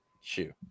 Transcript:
shoe